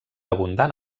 abundant